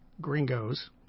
gringos